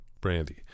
Brandy